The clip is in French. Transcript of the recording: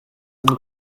nous